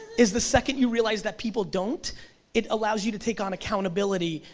is the second you realize that people don't it allows you to take on accountability,